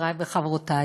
חברי וחברותי,